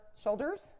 shoulders